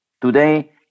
Today